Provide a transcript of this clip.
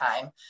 time